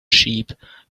sheep